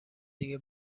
دیگه